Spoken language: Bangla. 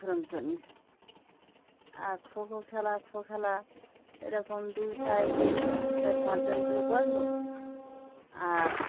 ঘুরনচন্্নি আর খো খো খেলা খো খেলা এরকম দুই সাইটটি চার পাঁচজন করে বড়বো আর